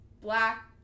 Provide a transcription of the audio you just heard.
black